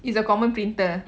it's a common printer